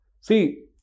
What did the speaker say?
See